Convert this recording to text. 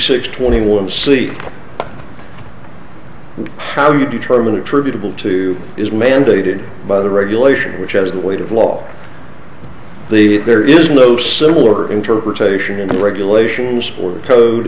six twenty one see how you determine attributable to is mandated by the regulation which as the weight of law the there is no similar interpretation in the regulations or the code